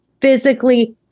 physically